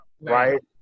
right